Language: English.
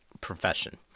profession